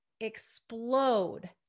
explode